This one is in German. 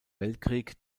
weltkrieg